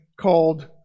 called